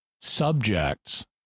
subjects